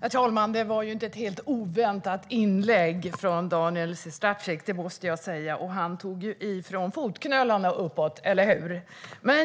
Herr talman! Det var inte ett helt oväntat inlägg från Daniel Sestrajcic, måste jag säga. Och han tog i från fotknölarna - eller hur? Vad har